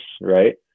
right